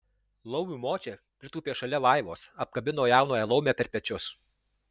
laumių močia pritūpė šalia vaivos apkabino jaunąją laumę per pečius